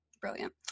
brilliant